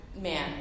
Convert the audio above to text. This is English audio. man